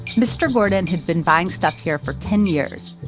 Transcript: mr. gordon had been buying stuff here for ten years.